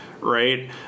right